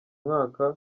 mwaka